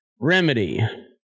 Remedy